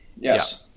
Yes